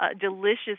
delicious